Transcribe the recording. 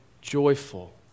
joyful